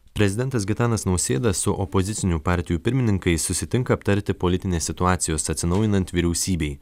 prezidentas gitanas nausėda su opozicinių partijų pirmininkais susitinka aptarti politinės situacijos atsinaujinant vyriausybei